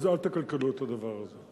אז אל תקלקלו את הדבר הזה.